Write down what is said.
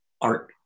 art